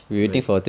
right